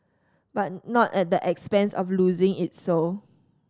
but not at the expense of losing its soul